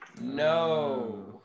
No